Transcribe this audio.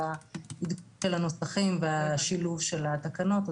העדכון של הנוסחים והשילוב של התקנות.